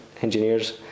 engineers